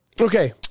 Okay